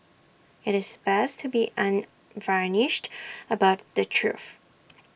IT is best to be unvarnished about the truth